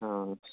हा